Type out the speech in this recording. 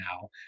now